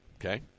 Okay